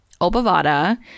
obavada